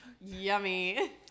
Yummy